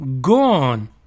gone